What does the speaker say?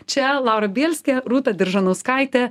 čia laura bielskė rūta diržanauskaitė